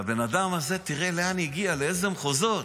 והבן אדם הזה, תראה לאן הגיע, לאיזה מחוזות.